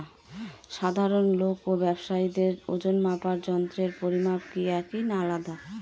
সাধারণ লোক ও ব্যাবসায়ীদের ওজনমাপার যন্ত্রের পরিমাপ কি একই না আলাদা হয়?